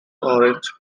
orange